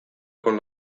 con